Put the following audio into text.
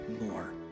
more